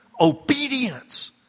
obedience